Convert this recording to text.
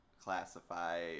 Classify